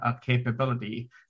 capability